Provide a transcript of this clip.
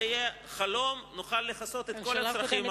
זה יהיה חלום ונוכל לכסות את כל הצרכים.